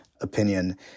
opinion